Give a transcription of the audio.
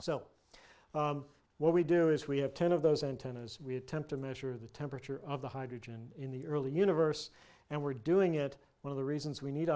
so what we do is we have ten of those antennas we attempt to measure the temperature of the hydrogen in the early universe and we're doing it one of the reasons we need